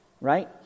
right